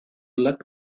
luck